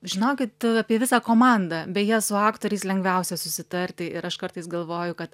žinokit apie visą komandą beje su aktoriais lengviausia susitarti ir aš kartais galvoju kad